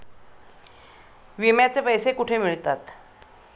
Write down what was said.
विम्याचे पैसे कुठे मिळतात?